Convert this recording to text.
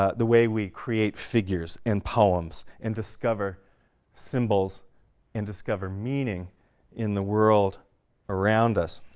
ah the way we create figures and poems and discover symbols and discover meaning in the world around us